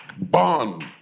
bond